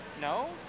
No